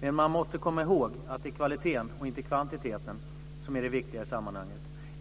Men man måste komma ihåg att det är kvaliteten och inte kvantiteten som är det viktiga i sammanhanget.